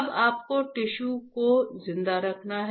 अब आपको टिश्यू को जिंदा रखना है